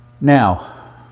Now